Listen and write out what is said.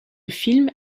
film